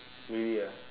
really ah